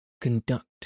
Conduct